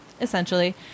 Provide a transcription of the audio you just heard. essentially